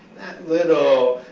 little